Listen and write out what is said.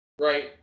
right